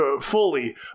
fully